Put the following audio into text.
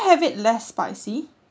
have it less spicy